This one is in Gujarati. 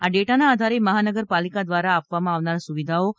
આ ડેટાના આધારે મહાનગરપાલિકા દ્વારા આપવામાં આવનાર સુવિધાઓ વધુ તા